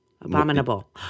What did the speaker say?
Abominable